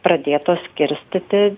pradėtos skirstyti